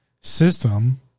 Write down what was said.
system